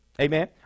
Amen